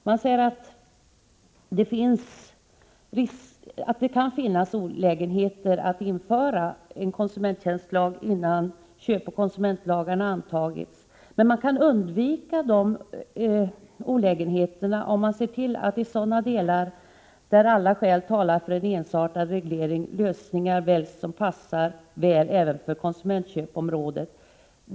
Man säger: ”Olägenheter av att redan nu — innan nya köpoch konsumentköplagar antagits — införa en konsumenttjänstlag torde dock kunna undvikas om man ser till att i sådana delar, där alla skäl talar för en ensartad reglering, lösningar väljs som passar väl även för konsumentköpsområdet.